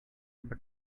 but